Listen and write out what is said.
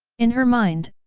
in her mind,